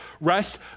rest